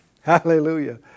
Hallelujah